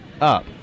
up